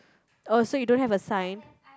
oh so you don't have a sign